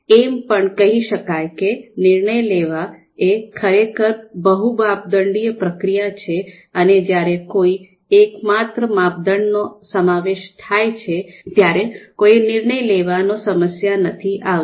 તેથી એમ પણ કહી શકાય કે નિર્ણય લેવો એ ખરેખર બહુ માપદંડિય પ્રક્રિયા છે અને જ્યારે કોઈ એકમાત્ર માપદંડનો સમાવેશ થાય છે ત્યારે કોઈ નિર્ણય લેવા નો સમસ્યા નથી આવતી